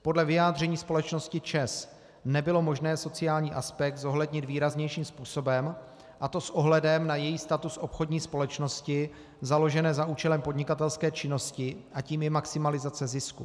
Podle vyjádření společnosti ČEZ nebylo možné sociální aspekt zohlednit výraznějším způsobem, a to s ohledem na její status obchodní společnosti založené za účelem podnikatelské činnosti a tím je maximalizace zisku.